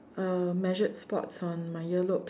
uh measured spots on my ear lobes